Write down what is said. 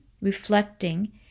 reflecting